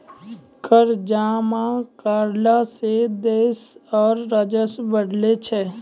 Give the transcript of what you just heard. कर जमा करला सं देस रो राजस्व बढ़ै छै